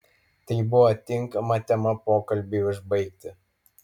tai buvo tinkama tema pokalbiui užbaigti